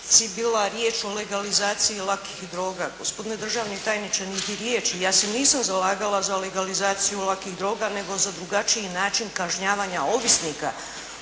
bila riječ o legalizaciji lakih droga. Gospodine državni tajniče niti riječi, ja se nisam zalagala za legalizaciju lakih droga nego za drugačiji način kažnjavanja ovisnika